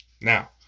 now